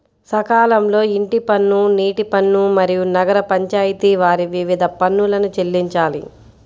సకాలంలో ఇంటి పన్ను, నీటి పన్ను, మరియు నగర పంచాయితి వారి వివిధ పన్నులను చెల్లించాలి